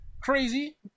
crazy